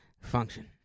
function